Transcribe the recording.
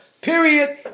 Period